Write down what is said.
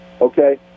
okay